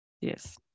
Yes